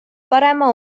parema